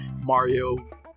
Mario